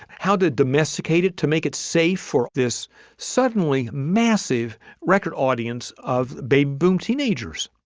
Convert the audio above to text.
how did domesticated to make it safe for this suddenly massive record audience of baby boom teenagers?